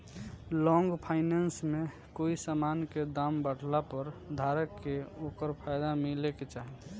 long finance में कोई समान के दाम बढ़ला पर धारक के ओकर फायदा मिले के चाही